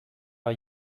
are